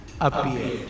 Appeared